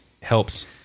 helps